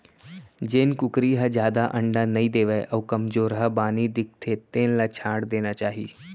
जेन कुकरी ह जादा अंडा नइ देवय अउ कमजोरहा बानी दिखथे तेन ल छांट देना चाही